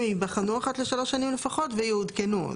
ייבחנו אחת לשלוש שנים לפחות ויעודכנו".